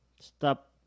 stop